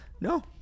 No